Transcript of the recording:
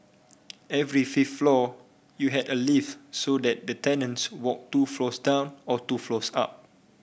every floor you had a lift so that the tenants walked two floors down or two floors up